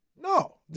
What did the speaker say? no